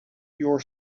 your